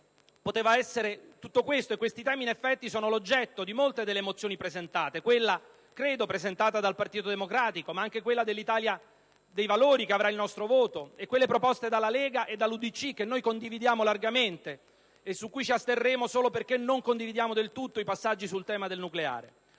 poteva essere tutto ciò e questi temi in effetti sono l'oggetto di molte delle mozioni presentate, come quella del Partito Democratico, ma anche quella dell'Italia dei Valori, su cui voteremo a favore, e quelle proposte dalla Lega e dall'UDC, che condividiamo largamente, su cui ci asterremo solo perché non condividiamo del tutto i passaggi sul nucleare.